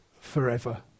forever